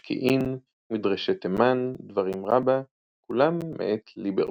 שקיעין, מדרשי תימן, דברים רבה - כולם מאת ליברמן.